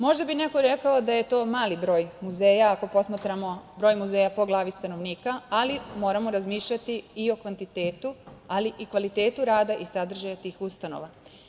Možda bi neko rekao da je to mali broj muzeja, ako posmatramo broj muzeja po glavi stanovnika, ali moramo razmišljati i o kvantitetu, ali i kvalitetu rada i sadržaja tih ustanova.